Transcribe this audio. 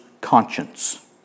conscience